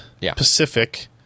Pacific